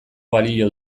balio